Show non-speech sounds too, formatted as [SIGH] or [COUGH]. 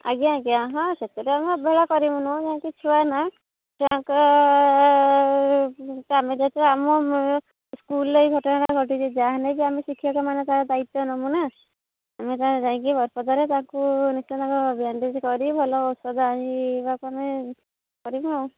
ଆଜ୍ଞା ଆଜ୍ଞା ହଁ ସେଥିରେ ଆମେ ଅବହେଳା କରିବୁନୁ କାହିଁକି ଛୁଆ ନା ଛୁଆଙ୍କ ତ ଆମେ ଯେହେତୁ ଆମ ସ୍କୁଲ୍ରେ ଏଇ ଘଟଣା ଘଟିଛି ଯାହା ହେନେ ବି ଆମେ ଶିକ୍ଷକମାନେ ତା'ର ଦାୟିତ୍ୱ ନବୁ ନା ଆମେ ତା'ର ଯାଇକି ବରପଦାରେ ତାକୁ [UNINTELLIGIBLE] ବ୍ୟାଣ୍ଡେଜ୍ କରି ଭଲ ଔଷଧ ଆଣିବା [UNINTELLIGIBLE] କରିବୁ ଆଉ